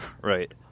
Right